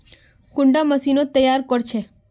कुंडा मशीनोत तैयार कोर छै?